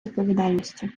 відповідальності